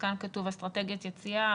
כאן כתוב אסטרטגיית יציאה,